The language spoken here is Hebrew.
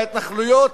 וההתנחלויות,